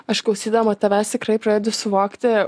aš klausydama tavęs tikrai pradedu suvokti